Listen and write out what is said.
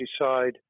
decide